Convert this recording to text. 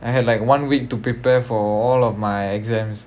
I had like one week to prepare for all of my exams